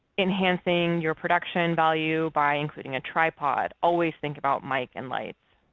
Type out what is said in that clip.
enhancing your production value by including a tripod, always think about mic and lights.